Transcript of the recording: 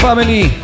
Family